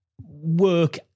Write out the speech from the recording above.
work